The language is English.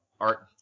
Art